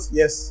yes